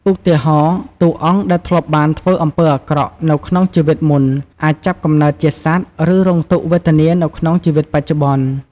ឧទាហរណ៍ តួអង្គដែលធ្លាប់បានធ្វើអំពើអាក្រក់នៅក្នុងជីវិតមុន អាចចាប់កំណើតជាសត្វ ឬរងទុក្ខវេទនានៅក្នុងជីវិតបច្ចុប្បន្ន។